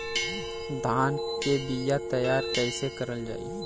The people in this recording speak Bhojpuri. धान के बीया तैयार कैसे करल जाई?